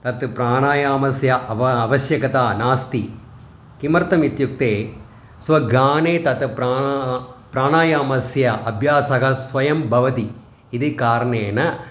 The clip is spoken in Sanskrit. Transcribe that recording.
तत् प्राणायामस्य अव आवश्यकता नास्ति किमर्थम् इत्युक्ते स्वगायने तत् प्राणाः प्राणायामस्य अभ्यासः स्वयं भवति इति कारणेन